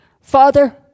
Father